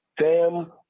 Sam